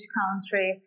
country